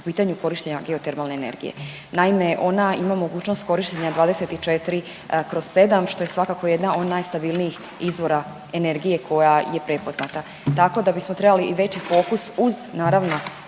po pitanju korištenja geotermalne energije. Naime, ona ima mogućnost korištenja 24/7 što je svakako jedna od najstabilnijih izvora energije koja je prepoznata, tako da bismo trebali i veći fokus uz naravno